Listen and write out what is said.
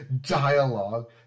dialogue